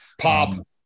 Pop